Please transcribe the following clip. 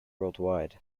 worldwide